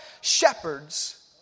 shepherds